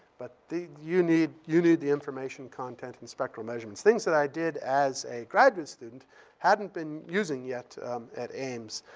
but you need you need the information content and spectral measurements. things that i did as a graduate student hadn't been using yet at ames.